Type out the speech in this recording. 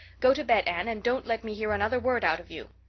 go to bed, anne, and don't let me hear another word out of you.